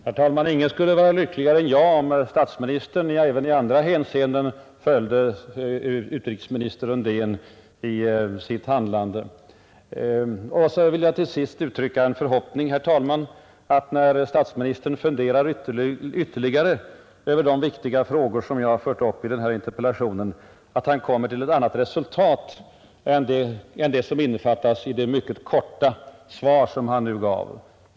Herr talman! Ingen skulle vara lyckligare än jag, om statsministern även i andra hänseenden i sitt handlande följde förre utrikesministern Undén. Slutligen vill jag uttrycka den förhoppningen att statsministern, när han har funderat ytterligare över de viktiga frågor som jag har tagit upp i min interpellation, kommer till ett annat resultat än det som innefattas i det mycket korta svar han här gav.